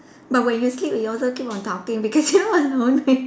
but when you sleep it also keep on talking because you know annoying